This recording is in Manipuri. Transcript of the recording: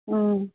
ꯎꯝ